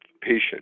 patient